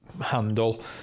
handle